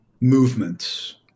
movements